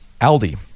Aldi